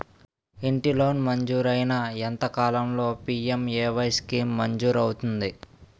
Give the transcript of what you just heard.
ఇంటి లోన్ మంజూరైన ఎంత కాలంలో పి.ఎం.ఎ.వై స్కీమ్ మంజూరు అవుతుంది?